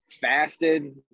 fasted